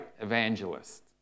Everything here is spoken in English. evangelist